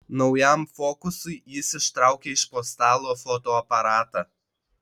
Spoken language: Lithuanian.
naujam fokusui jis ištraukė iš po stalo fotoaparatą